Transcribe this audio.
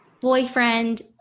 boyfriend